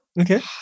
Okay